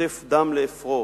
נוטף דם לאפרו